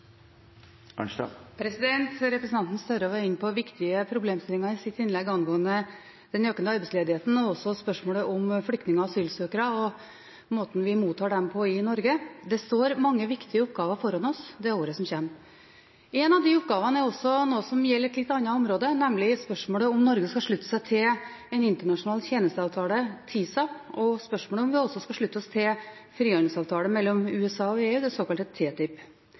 oss. Representanten Gahr Støre var i sitt innlegg inne på viktige problemstillinger angående den økende arbeidsledigheten, og også spørsmålet om flyktninger og asylsøkere og måten vi mottar dem på i Norge. Det står mange viktige oppgaver foran oss i året som kommer. En av de oppgavene er også noe som gjelder et litt annet område, nemlig spørsmålet om Norge skal slutte seg til en internasjonal tjenesteavtale, TISA, og spørsmålet om vi også skal slutte oss til en frihandelsavtale mellom USA og EU, den såkalte TTIP. Det